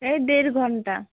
এই দেড় ঘন্টা